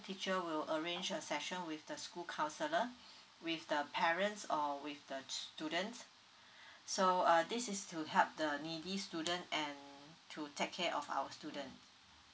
teacher will arrange a session with the school counsellor with the parents or with the students so uh this is to help the needy student and to take care of our student